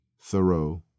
Thoreau